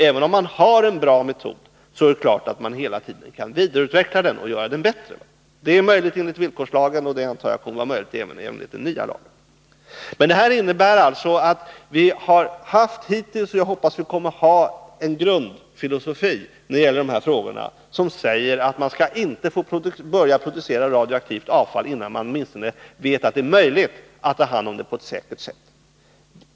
Även om det kan vara en bra metod är det klart att man hela tiden kan vidareutveckla den och göra den bättre. Det är möjligt enligt villkorslagen, och jag antar att det kommer att vara möjligt även enligt den nya lagen. Detta innebär alltså att vi hittills haft, och jag hoppas att vi kommer att ha, en grundfilosofi när det gäller de här frågorna som säger att man inte skall få börja producera radioaktivt avfall innan man åtminstone vet att det är möjligt att ta hand om det på ett säkert sätt.